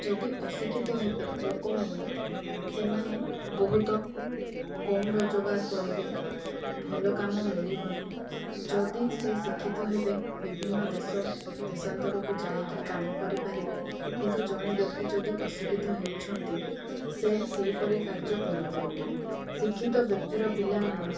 ଯଦି ଅଶିକ୍ଷିତ ହେବେ ଲୋକମାନେ ସେମାନେ ବହୁତ କମ୍ ରୋଜଗାର କରିବେ ଭଲ କାମ ମିଳିବନି ଯଦି ସେ ଶିକ୍ଷିତ ହେବେ ବିଭିନ୍ନ ଦେଶ ଦେଶାନ୍ତରକୁ ଯାଇକି କାମ କରିପାରିବେ କିନ୍ତୁ ଜଣେ ବ୍ୟକ୍ତି ଯଦି ଅଶିକ୍ଷିତ ହେଉଛନ୍ତି ସେ ସେହିପରି କାର୍ଯ୍ୟ କରିପାରିବେ ନାହିଁ ଶିକ୍ଷିତ ବ୍ୟକ୍ତିର ପିଲାମାନେ